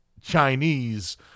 Chinese